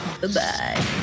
Goodbye